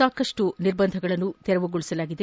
ಸಾಕಷ್ಟು ನಿರ್ಬಂಧಗಳನ್ನು ತೆರವುಗೊಳಿಸಲಾಗಿದೆ